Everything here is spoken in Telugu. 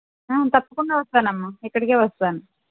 తప్పకుండా వస్తాను అమ్మా ఇక్కడికే వస్తాను